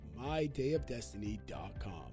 mydayofdestiny.com